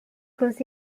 cross